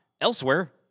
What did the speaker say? Elsewhere